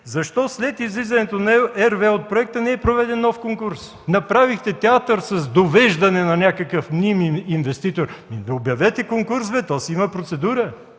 Защо след излизането на RWE от проекта не е проведен нов конкурс? Направихте театър с довеждане на някакъв мним инвеститор. Обявете конкурс, то си има процедура!